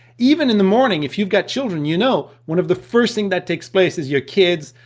even in the morning if you've got children you know, one of the first thing that takes place, is your kids,